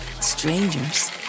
Strangers